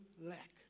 lack